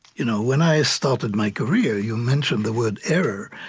you know when i started my career, you mentioned the word error,